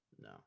no